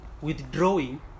withdrawing